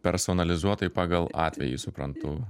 personalizuotai pagal atvejį suprantu